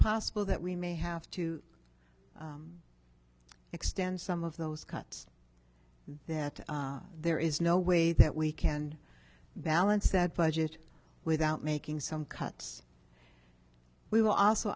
possible that we may have to extend some of those cuts that there is no way that we can balance that budget without making some cuts we will also